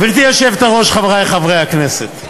גברתי היושבת-ראש, חברי חברי הכנסת,